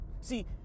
See